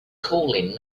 calling